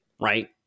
right